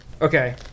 Okay